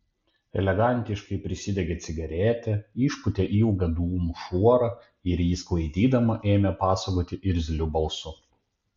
elegantiškai prisidegė cigaretę išpūtė ilgą dūmų šuorą ir jį sklaidydama ėmė pasakoti irzliu balsu